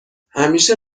همیشه